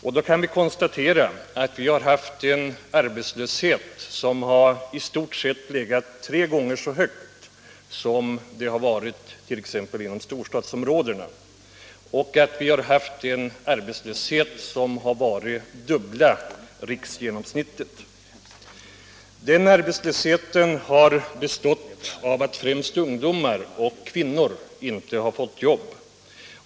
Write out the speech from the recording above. Vi kan konstatera att vi i Västerbotten har haft en arbetslöshet som i stort sett varit tre gånger så stor som storstadsområdenas och att vi har haft en arbetslöshet som har varit ca dubbla riksgenomsnittet. Den arbetslösheten har bestått av att främst ungdomar och kvinnor inte fått jobb.